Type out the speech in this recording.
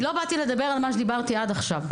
לא באתי לדבר על מה שדיברתי עד עכשיו,